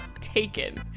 taken